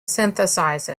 synthesize